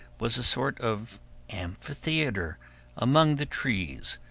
was a sort of amphitheater among the trees,